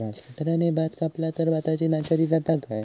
Grass कटराने भात कपला तर भाताची नाशादी जाता काय?